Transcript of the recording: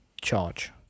charge